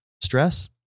Stress